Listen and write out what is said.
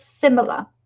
similar